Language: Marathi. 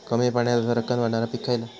कमी पाण्यात सरक्कन वाढणारा पीक खयला?